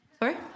Sorry